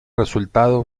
resultado